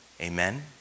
Amen